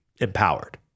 empowered